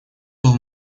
был